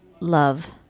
love